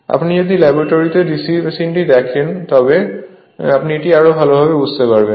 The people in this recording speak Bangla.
আপনি যদি ল্যাবটারিতে DC মেশিনটি দেখতে পান তবে আপনি আরও ভাল বুঝতে পারবেন